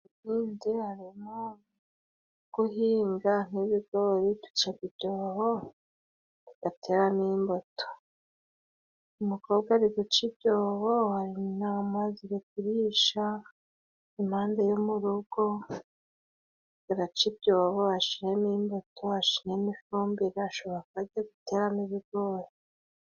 Mu buhinzi harimo guhinga nk'ibigori ducaga ibyobo tugateramo imbuto ,umukobwa ariguca ibyobo, intama zirikurisha impande yo mu rugo, araca ibyobo ashiramo imbuto ashiremo ifumbire, ashobora kuba agiye guteramo ibigori.